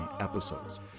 episodes